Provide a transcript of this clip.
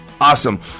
awesome